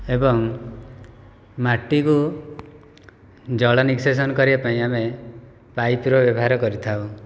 ଏବଂ ମାଟିକୁ ଜଳ ନିଷ୍କାଷନ କରିବା ପାଇଁ ଆମେ ପାଇପ୍ର ବ୍ୟବହାର କରିଥାଉ